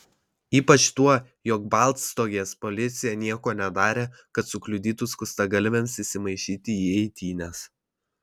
ypač tuo jog baltstogės policija nieko nedarė kad sukliudytų skustagalviams įsimaišyti į eitynes